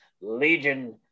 Legion